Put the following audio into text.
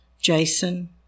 Jason